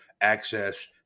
access